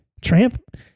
Tramp